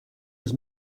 was